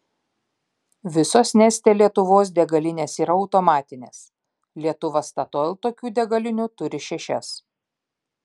visos neste lietuvos degalinės yra automatinės lietuva statoil tokių degalinių turi šešias